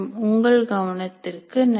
உங்கள் கவனத்திற்கு நன்றி